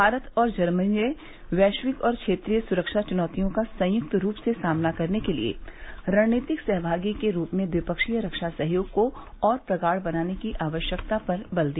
भारत और जर्मनी ने वैश्विक और क्षेत्रीय सुरक्षा चुनौतियों का संयुक्त रूप से सामना करने के लिए रणनीतिक सहभागी के रूप में द्विपक्षीय रक्षा सहयोग को और प्रगाढ़ बनाने की आवश्यकता पर बल दिया